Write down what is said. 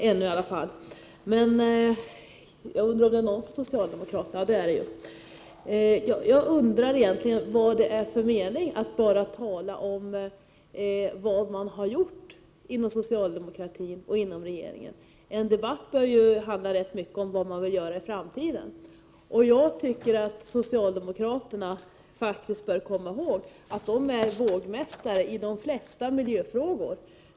Herr talman! Margareta Winberg är tydligen inte här i kammaren —i varje fall inte ännu — men här finns åtminstone någon representant för socialdemokraterna. Jag undrar vad det är för mening med att bara tala om vad socialdemokratin och regeringen har gjort. En debatt bör ju handla rätt mycket om vad man vill göra i framtiden. Jag tycker att socialdemokraterna skall komma ihåg att de är vågmästare i de flesta miljöfrågor.